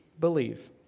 believe